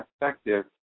effective